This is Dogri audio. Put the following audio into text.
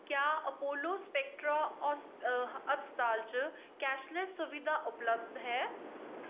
क्या अपोलो स्पैक्ट्रा अस्ता अस्ताल च कैशलैस्स सुबधा उपलब्ध है